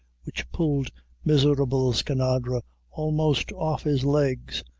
which pulled miserable skinadre almost off his legs.